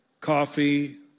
coffee